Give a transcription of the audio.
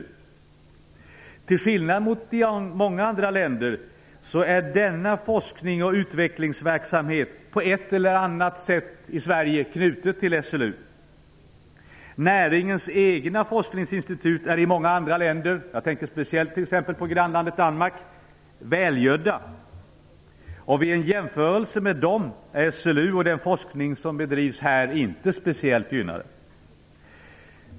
Till skillnad från i många andra länder är i Sverige denna forsknings och utvecklingsverksamhet på ett eller annat sätt knutet till SLU. Näringens egna forskningsinstitut är i många andra länder - jag tänker t.ex. på grannlandet Danmark - välgödda, och vid en jämförelse med dem är SLU och den forskning som bedrivs här inte speciellt gynnade.